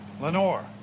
lenore